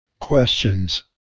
questions